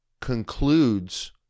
concludes